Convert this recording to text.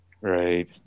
Right